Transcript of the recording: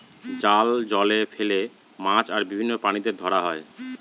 জাল জলে ফেলে মাছ আর বিভিন্ন প্রাণীদের ধরা হয়